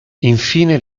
infine